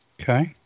Okay